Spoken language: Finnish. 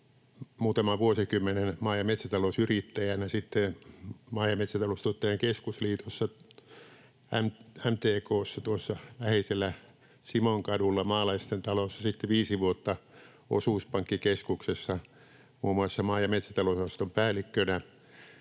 muutaman vuosikymmenen maa- ja metsätalousyrittäjänä, sitten Maa- ja metsätaloustuottajain Keskusliitossa MTK:ssa tuossa läheisellä Simonkadulla Maalaistentalossa, sitten viisi vuotta Osuuspankkikeskuksessa muun muassa maa- ja metsätalousosaston päällikkönä